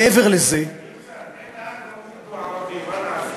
אם נהג המונית הוא ערבי, מה נעשה?